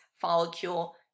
follicle